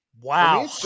Wow